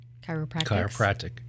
Chiropractic